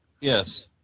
Yes